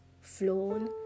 flown